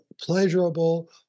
pleasurable